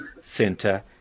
Center